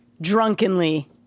drunkenly